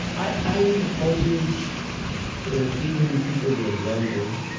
i've always ah given and people the example